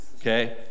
Okay